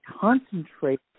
concentrate